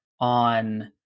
on